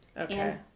Okay